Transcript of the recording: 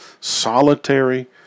solitary